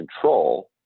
control